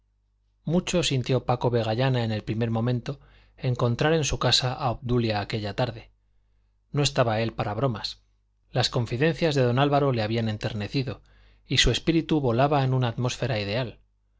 mucho sintió paco vegallana en el primer momento encontrar en su casa a obdulia aquella tarde no estaba él para bromas las confidencias de don álvaro le habían enternecido y su espíritu volaba en una atmósfera ideal